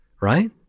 right